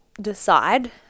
decide